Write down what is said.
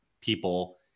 people